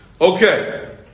Okay